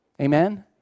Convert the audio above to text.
Amen